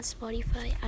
Spotify